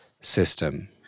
system